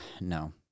no